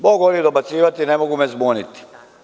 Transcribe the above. Mogu oni dobacivati, ne mogu me zbuniti.